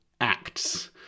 acts